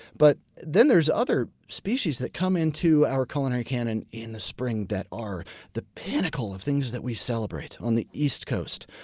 but then there's other species that come in to our culinary cannon in the spring that are the pinnacle of things that we celebrate. on the east coast,